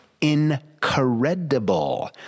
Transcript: incredible